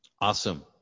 Awesome